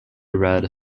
read